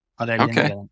Okay